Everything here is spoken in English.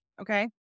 okay